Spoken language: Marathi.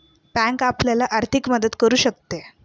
बँक आपल्याला आर्थिक मदत करू शकते